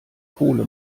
kohle